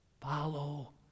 Follow